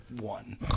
one